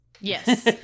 Yes